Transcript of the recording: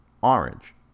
orange